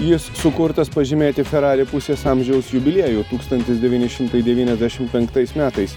jis sukurtas pažymėti ferrari pusės amžiaus jubiliejų tūkstantis devyni šimtai devyniasdešim penktais metais